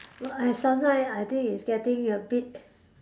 well I sometime I think it's getting a bit